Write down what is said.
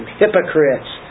hypocrites